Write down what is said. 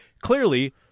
clearly